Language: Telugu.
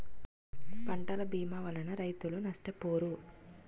పంటల భీమా వలన రైతులు నష్టపోరు